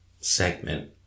segment